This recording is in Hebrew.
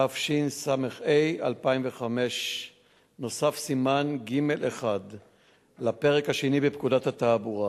התשס"ה 2005. נוסף בו סימן ג'1 לפרק השני בפקודת התעבורה.